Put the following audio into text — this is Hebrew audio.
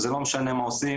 וזה לא משנה מה עושים,